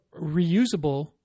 reusable